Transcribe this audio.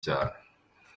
cyane